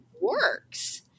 works